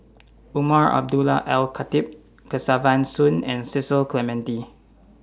Umar Abdullah Al Khatib Kesavan Soon and Cecil Clementi